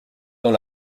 dans